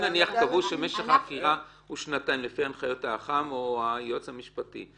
אם נניח קבעו שמשך החקירה הוא שנתיים לפי הנחיות האח"מ או היועץ המשפטי,